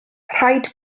rhaid